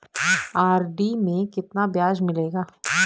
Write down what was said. RD में कितना ब्याज मिलेगा?